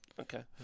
Okay